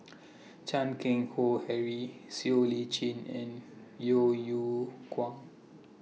Chan Keng Howe Harry Siow Lee Chin and Yeo Yeow Kwang